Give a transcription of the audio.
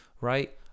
right